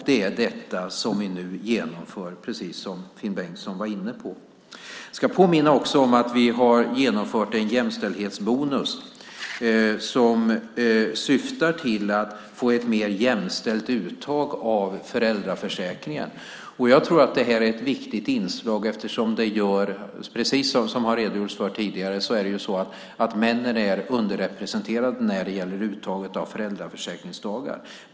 Det är detta som vi nu genomför, precis som Finn Bengtsson var inne på. Jag ska också påminna om att vi har infört en jämställdhetsbonus som syftar till att få ett mer jämställt uttag av föräldraförsäkringen. Jag tror att det är ett viktigt inslag. Precis som det har redogjorts för här tidigare är männen underrepresenterade när det gäller uttaget av föräldraförsäkringsdagar.